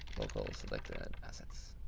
local selected asset.